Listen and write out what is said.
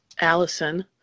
Allison